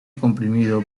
comprimido